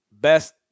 best